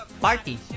party